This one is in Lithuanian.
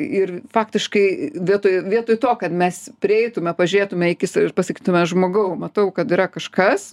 ir faktiškai vietoj vietoj to kad mes prieitume pažiūrėtume į akis ir pasakytume žmogau matau kad yra kažkas